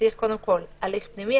צריך קודם כול הליך פנימי,